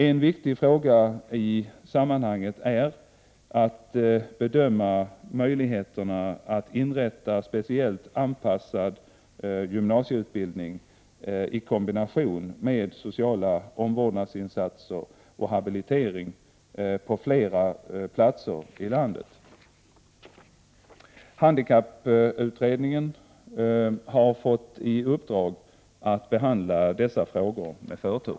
En viktig fråga i sammanhanget är att bedöma möjligheterna att inrätta speciellt anpassad gymnasieutbildning i kombination med sociala omvårdnadsinsatser och habilitering på flera platser i landet. Handikapputredningen har fått i uppdrag att behandla dessa frågor med förtur.